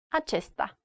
acesta